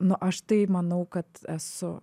nu aš tai manau kad esu